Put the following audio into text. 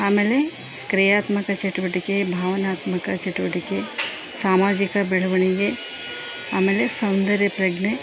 ಆಮೇಲೆ ಕ್ರಿಯಾತ್ಮಕ ಚಟುವಟಿಕೆ ಭಾವನಾತ್ಮಕ ಚಟುವಟಿಕೆ ಸಾಮಾಜಿಕ ಬೆಳವಣಿಗೆ ಅಮೇಲೆ ಸೌಂದರ್ಯ ಪ್ರಜ್ಞೆ